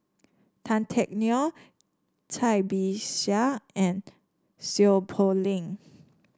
Tan Teck Neo Cai Bixia and Seow Poh Leng